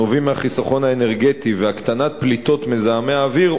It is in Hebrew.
הנובעים מהחיסכון האנרגטי והקטנת פליטת מזהמי האוויר,